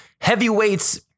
heavyweights